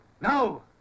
No